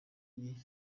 igihe